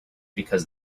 because